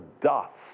dust